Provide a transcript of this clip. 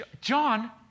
John